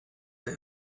der